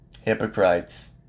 Hypocrites